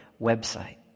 website